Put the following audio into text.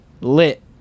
lit